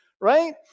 right